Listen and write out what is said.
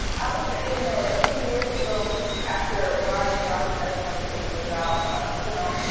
i would say, you know, a few years ago after rodney and rodrick had a conversation about you know,